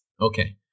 okay